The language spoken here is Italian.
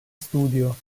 studio